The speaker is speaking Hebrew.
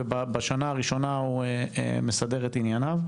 ובשנה הראשונה הוא מסדר את ענייניו,